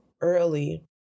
early